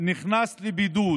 נכנס לבידוד